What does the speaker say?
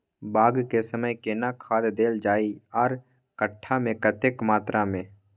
बाग के समय केना खाद देल जाय आर कट्ठा मे कतेक मात्रा मे?